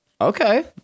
Okay